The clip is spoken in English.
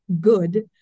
good